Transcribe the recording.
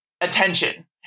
attention